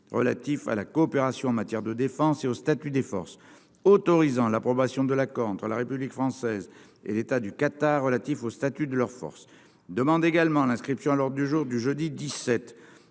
relatif à la coopération en matière de défense et au statut des forces, autorisant l'approbation de l'accord entre la République française et l'État du Qatar relatif au statut de leurs forces, demande également à l'inscription à l'Ordre du jour du jeudi 17